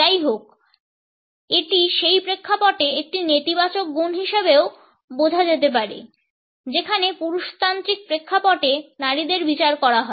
যাইহোক এটি সেই প্রেক্ষাপটে একটি নেতিবাচক গুণ হিসাবেও বোঝা যেতে পারে যেখানে পুরুষতান্ত্রিক প্রেক্ষাপটে নারীদের বিচার করা হয়